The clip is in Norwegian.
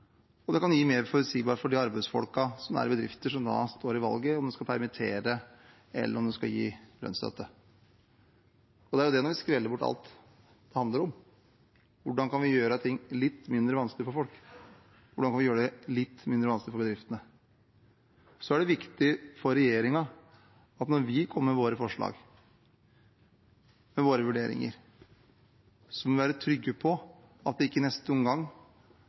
arbeidsfolka som er i bedrifter som står ved valget om de skal permittere eller gi lønnsstøtte. Når vi skreller bort det andre, er det dette det handler om: Hvordan kan vi gjøre ting litt mindre vanskelig for folk? Hvordan kan vi gjøre det litt mindre vanskelig for bedriftene? Det er viktig for regjeringen at når vi kommer med våre forslag, med våre vurderinger, må vi være trygge på at vi ikke i neste omgang